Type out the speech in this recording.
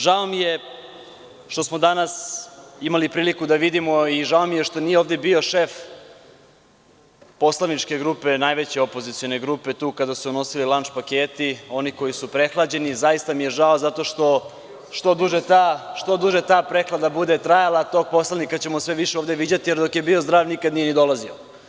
Žao mi je što smo danas imali priliku da vidimo i žao mi je što nije ovde bio tu šef poslaničke grupe, najveće opozicione grupe, kada su se unosili lanč paketi, oni koji su prehlađeni, zaista mi je žao zato što duže ta prehlada bude trajala, tog poslanika ćemo sve više ovde viđati, jer dok je bio zdrav nikad nije ni dolazio.